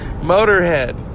Motorhead